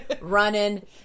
running